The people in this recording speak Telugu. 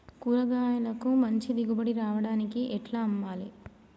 కూరగాయలకు మంచి దిగుబడి రావడానికి ఎట్ల అమ్మాలే?